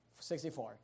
64